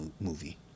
movie